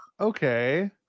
Okay